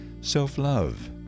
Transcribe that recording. Self-love